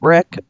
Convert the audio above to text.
Rick